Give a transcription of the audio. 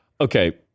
Okay